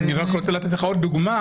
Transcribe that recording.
אני רק רוצה לתת לך עוד דוגמה.